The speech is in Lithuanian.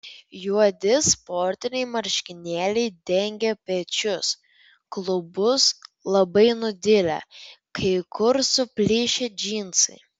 juodi sportiniai marškinėliai dengė pečius klubus labai nudilę kai kur suplyšę džinsai